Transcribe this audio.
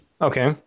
okay